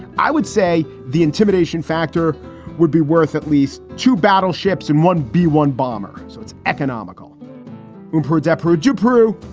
i would say the intimidation factor would be worth at least two battleships and one b one bomber. so it's economical and for adepero you, prue.